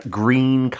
green